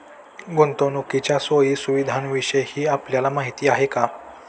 गुंतवणुकीच्या सोयी सुविधांविषयी आपल्याला माहिती आहे का?